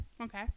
Okay